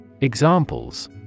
Examples